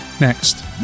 Next